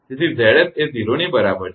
તેથી 𝑍𝑠 એ 0 ની બરાબર છે